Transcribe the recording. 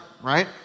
right